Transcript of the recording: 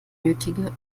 nötige